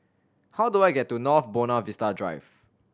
how do I get to North Buona Vista Drive